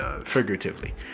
figuratively